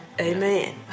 Amen